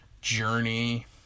journey